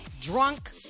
Drunk